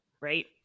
right